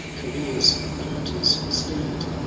careers the hunter's steed.